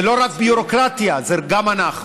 זה לא רק ביורוקרטיה, זה גם אנחנו.